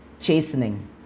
chastening